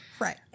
right